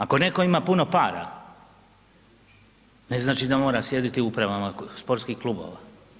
Ako netko ima puno para, ne znači da mora sjediti u uprava sportskih klubova.